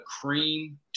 cream